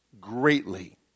greatly